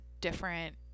different